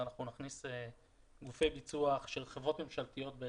אנחנו נכניס נושא ביצוע של חברות ממשלתיות,